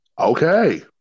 Okay